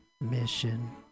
mission